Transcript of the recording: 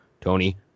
Tony